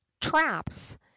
traps